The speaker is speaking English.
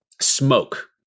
smoke